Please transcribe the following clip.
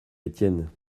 étienne